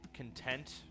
Content